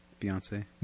Beyonce